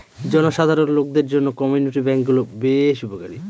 জনসাধারণ লোকদের জন্য কমিউনিটি ব্যাঙ্ক গুলো বেশ উপকারী